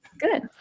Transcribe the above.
Good